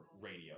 radio